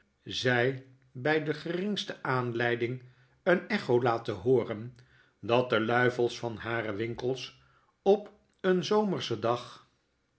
zy by de geringste aanleiding een echo laten hooren dat de luifels van hare winkels op een zomerschen dag